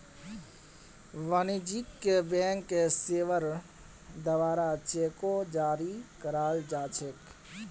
वाणिज्यिक बैंक सेवार द्वारे चेको जारी कराल जा छेक